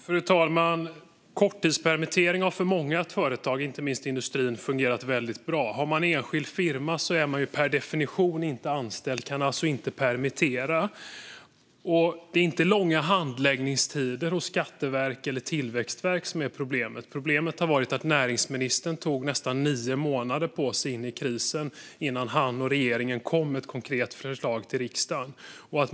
Fru talman! Korttidspermittering har för många företag, inte minst i industrin, fungerat väldigt bra. Har man enskild firma är man dock per definition inte anställd och kan alltså inte permitteras. Det är inte långa handläggningstider hos Skatteverket eller Tillväxtverket som har varit problemet, utan problemet har varit att näringsministern tog nästan nio månader in i krisen på sig innan han och regeringen kom till riksdagen med ett konkret förslag.